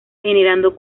generando